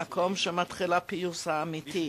במקום שמתחיל הפיוס האמיתי.